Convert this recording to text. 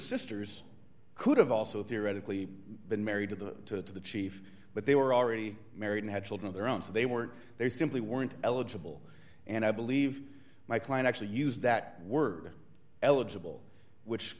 sisters could have also theoretically been married to the to the chief but they were already married and had children their own so they weren't they simply weren't eligible and i believe my client actually used that word eligible which